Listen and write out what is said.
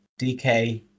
DK